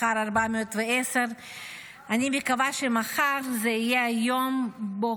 מחר זה 410. אני מקווה שמחר יהיה היום שבו